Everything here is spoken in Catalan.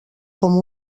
com